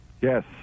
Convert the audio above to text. Yes